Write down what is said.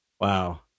Wow